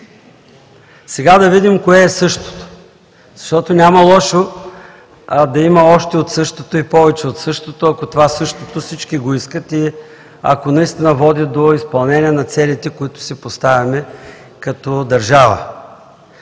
сега кое е същото, защото няма лошо да има още от същото и повече от същото, ако това същото всички го искат, и ако наистина води до изпълнение на целите, които си поставяме като държава.